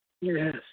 Yes